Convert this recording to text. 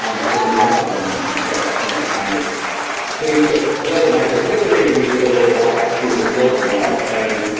and it was a remarkable moment i got to spend some time with cleave took bill and i took hillary and we did a little walk through the quilt and all and